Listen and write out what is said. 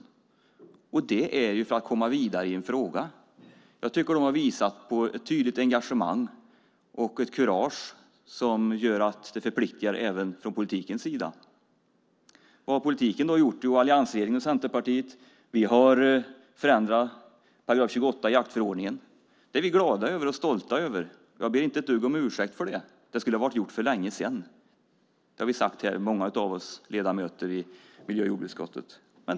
Det har man gjort för att komma vidare i en fråga. De har visat på ett tydligt engagemang och ett kurage som förpliktar även från politikens sida. Vad har politiken då gjort? Jo, alliansregeringen och Centerpartiet har förändrat § 28 i jaktförordningen. Det är vi glada och stolta över. Jag ber inte ett dugg om ursäkt för det. Det skulle ha varit gjort för länge sedan. Det har många av oss ledamöter i miljö och jordbruksutskottet sagt.